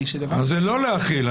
אז זה לא להכיל.